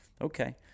Okay